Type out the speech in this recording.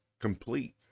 complete